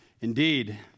Indeed